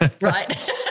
Right